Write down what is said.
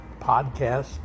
podcast